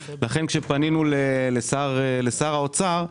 לכן, כשפנינו לשר האוצר,